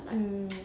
mm